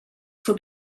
for